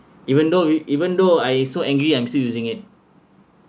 even though even though I so angry I'm still using it